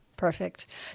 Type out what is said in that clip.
Perfect